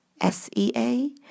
S-E-A